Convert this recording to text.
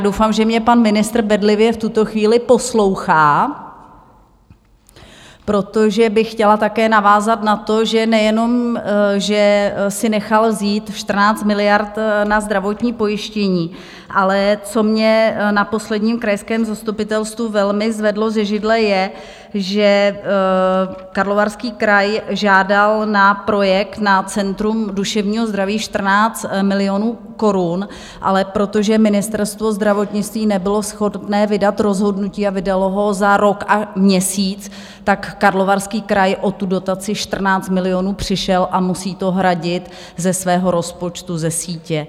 Doufám, že mě pan ministr bedlivě v tuto chvíli poslouchá, protože bych chtěla také navázat na to, že nejenom že si nechal vzít 14 miliard na zdravotní pojištění, ale co mě na posledním krajském zastupitelstvu velmi zvedlo ze židle je, že Karlovarský kraj žádal na projekt na Centrum duševního zdraví 14 milionů korun, ale protože Ministerstvo zdravotnictví nebylo schopné vydat rozhodnutí a vydalo ho za rok a měsíc, Karlovarský kraj o tu dotaci 14 milionů přišel a musí to hradit ze svého rozpočtu ze sítě.